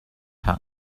her